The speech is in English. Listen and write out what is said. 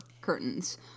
curtains